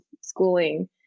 schooling